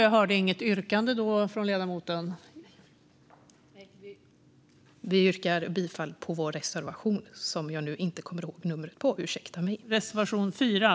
Jag yrkar bifall till reservation 4.